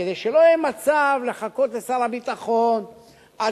כדי שלא יהיה מצב שצריך לחכות לשר הביטחון עד